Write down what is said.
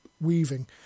weaving